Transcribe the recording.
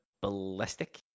ballistic